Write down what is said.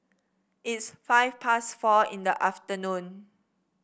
its five past four in the afternoon